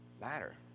matter